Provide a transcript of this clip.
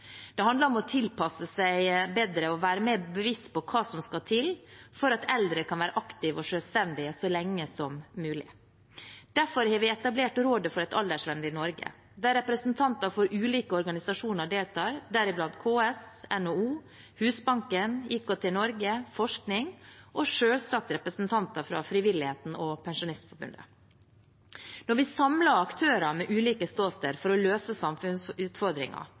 Det handler om å tilpasse seg bedre og være mer bevisst på hva som skal til for at eldre kan være aktive og selvstendige så lenge som mulig. Derfor har vi etablert Rådet for et aldersvennlig Norge, der representanter fra ulike organisasjoner deltar, deriblant KS, NHO, Husbanken, IKT Norge, forskning og selvsagt representanter fra frivilligheten og Pensjonistforbundet. Når vi samler aktører med ulike ståsted for å løse